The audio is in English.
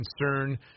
concern